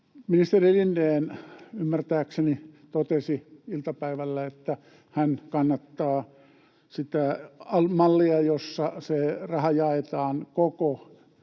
Ministeri Lindén ymmärtääkseni totesi iltapäivällä, että hän kannattaa sitä mallia, jossa se raha jaetaan koko